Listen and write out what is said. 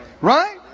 Right